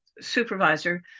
supervisor